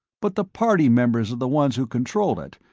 but the party members are the ones who control it,